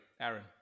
Aaron